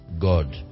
God